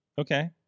okay